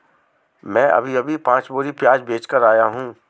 मैं अभी अभी पांच बोरी प्याज बेच कर आया हूं